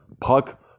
Puck